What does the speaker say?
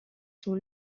sont